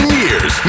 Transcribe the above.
years